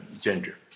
Ginger